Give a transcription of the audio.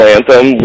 Anthem